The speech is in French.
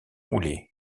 rouler